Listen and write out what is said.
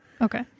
Okay